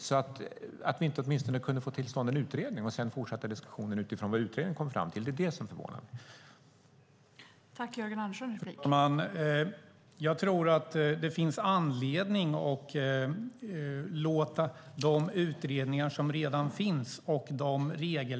Det som förvånar mig är att vi inte åtminstone kan få till stånd en utredning och fortsätta diskussionen utifrån vad den kommer fram till.